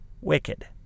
wicked